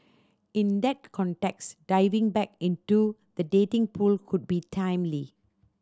in that context diving back into the dating pool could be timely